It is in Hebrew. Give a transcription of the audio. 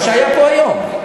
מה שהיה פה היום.